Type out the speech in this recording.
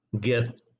get